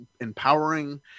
empowering